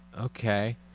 Okay